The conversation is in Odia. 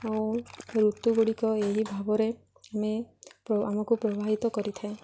ଆଉ ଋତୁ ଗୁଡ଼ିକ ଏହି ଭାବରେ ଆମେ ଆମକୁ ପ୍ରବାହିତ କରିଥାଏ